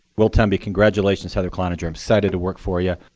will temby. congratulations, heather cloninger. i'm excited to work for you,